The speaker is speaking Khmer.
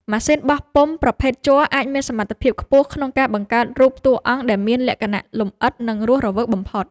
ម៉ាស៊ីនបោះពុម្ពប្រភេទជ័រអាចមានសមត្ថភាពខ្ពស់ក្នុងការបង្កើតរូបតួអង្គដែលមានលក្ខណៈលម្អិត និង រស់រវើកបំផុត។